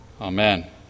Amen